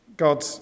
God